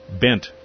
bent